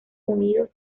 unidos